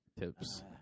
Tips